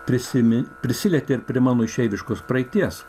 prisi prisilietė prie mano išeiviškos praeities